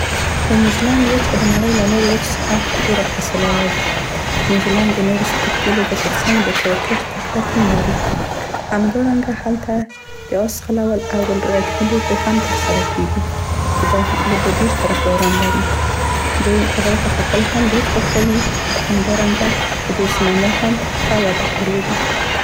د نیوزیلند وچه د نړۍ له نورو وچو څخه ډيره فاصله لري. نیوزیلند د نورو سپورتي لوبو تر څنګ د کرکټ تکړه ټیم لري. همدارنګه هلته د اس ځغلول او رګبي لوبې هم تر سره کیګي چې دا لوبې ډیر طرفدران لري. دوی غره ته ختل هم ډیر خوښوي، همدارنګه د دوی سینما هم ښه وده کړې ده.